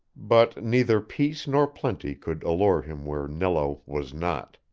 but neither peace nor plenty could allure him where nello was not.